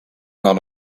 not